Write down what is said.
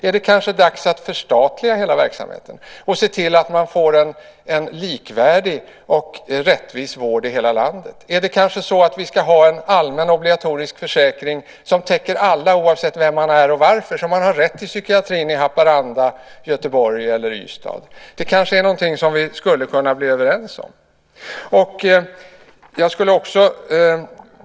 Är det kanske dags att förstatliga hela verksamheten och se till att man får en likvärdig och rättvis vård i hela landet? Ska vi kanske ha en allmän obligatorisk försäkring som täcker alla oavsett vem man är och varför så att man har rätt till psykiatrin i Haparanda, Göteborg eller Ystad? Det är kanske någonting som vi skulle kunna bli överens om?